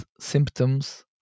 symptoms